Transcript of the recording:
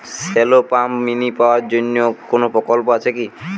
Shallow pump mini পাওয়ার জন্য কোনো প্রকল্প আছে কি?